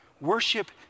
Worship